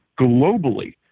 globally